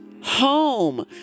Home